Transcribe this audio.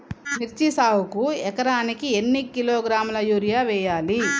మిర్చి సాగుకు ఎకరానికి ఎన్ని కిలోగ్రాముల యూరియా వేయాలి?